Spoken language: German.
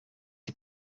die